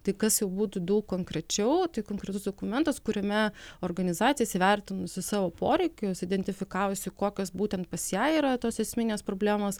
tai kas jau būtų daug konkrečiau tai konkretus dokumentas kuriame organizacijos įvertinusi savo poreikius identifikavusi kokios būtent pas ją yra tos esminės problemos